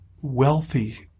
wealthy